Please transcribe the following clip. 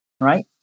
right